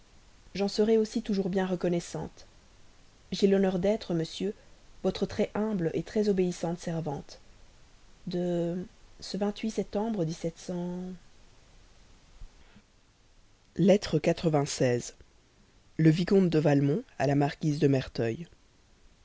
j'en serai aussi toujours bien reconnaissante j'ai l'honneur d'être monsieur votre très humble très obéissante servante de lettre le vicomte de valmont à la marquise de merteuil